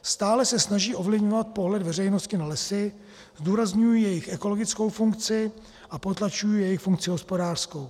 Stále se snaží ovlivňovat pohled veřejnosti na lesy, zdůrazňují jejich ekologickou funkci a potlačují jejich funkci hospodářskou.